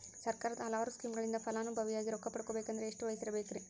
ಸರ್ಕಾರದ ಹಲವಾರು ಸ್ಕೇಮುಗಳಿಂದ ಫಲಾನುಭವಿಯಾಗಿ ರೊಕ್ಕ ಪಡಕೊಬೇಕಂದರೆ ಎಷ್ಟು ವಯಸ್ಸಿರಬೇಕ್ರಿ?